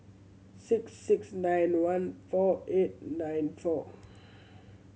six six nine one four eight nine four